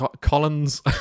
Collins